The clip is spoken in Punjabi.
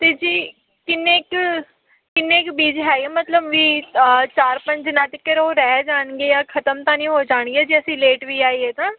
ਅਤੇ ਜੀ ਕਿੰਨੇ ਕੁ ਕਿੰਨੇ ਕੁ ਬੀਜ ਹੈਗੇ ਮਤਲਬ ਵੀ ਚਾਰ ਪੰਜ ਦਿਨਾਂ ਤੱਕ ਉਹ ਰਹਿ ਜਾਣਗੇ ਜਾਂ ਖ਼ਤਮ ਤਾਂ ਨਹੀਂ ਹੋ ਜਾਣਗੇ ਜੇ ਅਸੀਂ ਲੇਟ ਵੀ ਆਈਏ ਤਾਂ